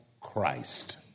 Christ